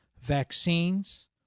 Vaccines